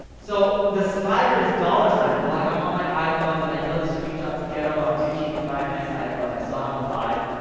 so, the slider is dollar signs, and like, i'm on my iphone, and i know the screenshot's ghetto. i'm too cheap to buy a nice iphone. i still have the five.